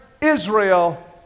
Israel